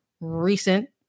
recent